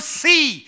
see